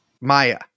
Maya